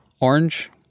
Orange